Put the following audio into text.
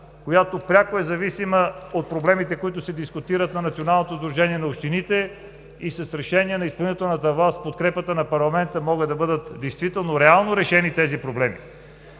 която пряко е зависима от дискутирането им в Националното сдружение на общините, и с решение на изпълнителната власт, и с подкрепата на парламента, могат да бъдат действително, реално решени тези проблеми?